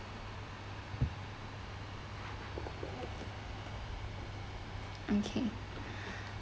okay